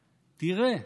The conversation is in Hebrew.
תראה,